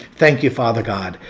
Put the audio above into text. thank you, father, god.